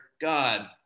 God